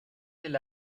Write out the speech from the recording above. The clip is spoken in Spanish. del